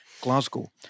glasgow